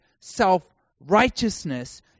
self-righteousness